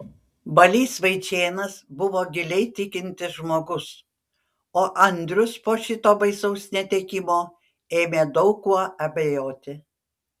balys vaičėnas buvo giliai tikintis žmogus o andrius po šito baisaus netekimo ėmė daug kuo abejoti